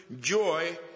joy